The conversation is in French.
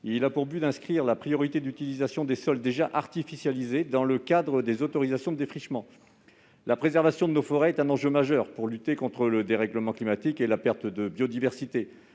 Il a pour objet d'inscrire la priorité d'utilisation des sols déjà artificialisés dans le cadre des autorisations de défrichement. La préservation de nos forêts est un enjeu majeur pour lutter contre le dérèglement climatique et la perte de biodiversité.